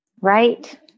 right